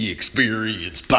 Experience